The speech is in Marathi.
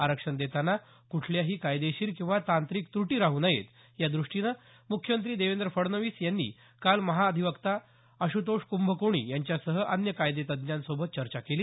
आरक्षण देताना कुठल्याही कायेदशीर किंवा तांत्रिक त्रुटी राहू नयेत या दृष्टीनं मुख्यमंत्री देवेंद्र फडणवीस यांनी काल महाधिवक्ता आश्तोष क्भकोणी यांच्यासह अन्य कायदेतज्ज्ञांसोबत चर्चा केली